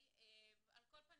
על כל פנים,